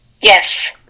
Yes